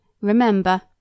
Remember